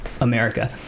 america